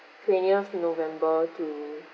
twentieth november to